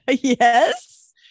yes